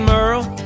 Merle